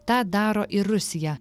tą daro ir rusija